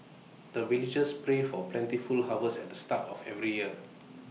the villagers pray for plentiful harvest at the start of every year